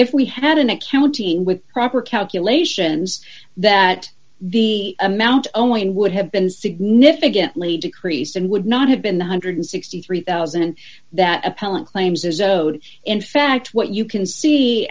if we had an accounting with proper calculations that the amount owing would have been significantly decreased and would not have been one hundred and sixty three thousand that appellant claims is owed in fact what you can see